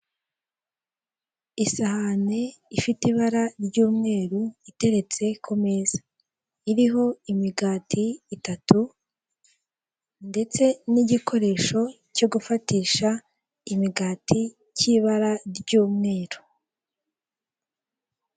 Azure foregisi biro iherereye kwa rando mu mujyi wa Kigali, werekeza i Remera, ni biro deshanje ivunja neza.